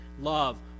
love